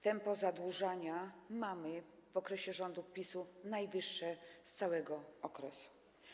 Tempo zadłużania w okresie rządów PiS-u mamy najwyższe z całego okresu.